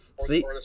See